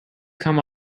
come